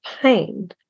pain